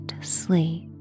sleep